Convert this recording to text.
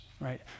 right